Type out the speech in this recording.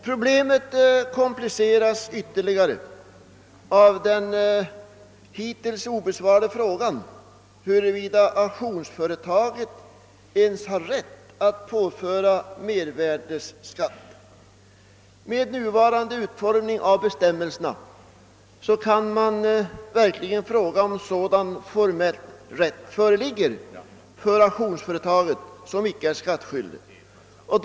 Problemet kompliceras ytterligare av den hittills obesvarade frågan, huruvida auktionsföretaget ens har rätt att påföra mervärdeskatt på sina varor. Med nuvarande utformning av bestämmelserna kan man verkligen fråga sig, om sådan formell rätt föreligger för auktionsföretaget som icke skattskyldigt.